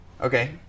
Okay